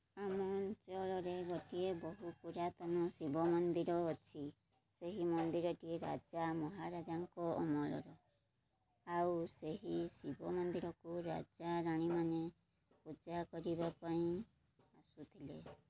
ଆମ ଅଞ୍ଚଳରେ ଗୋଟିଏ ବହୁ ପୁରାତନ ଶିବ ମନ୍ଦିର ଅଛି ସେହି ମନ୍ଦିରଟିଏ ରାଜା ମହାରାଜାଙ୍କ ଅମଳର ଆଉ ସେହି ଶିବ ମନ୍ଦିରକୁ ରାଜାରାଣୀମାନେ ପୂଜା କରିବା ପାଇଁ ଆସୁଥିଲେ